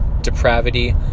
depravity